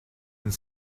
been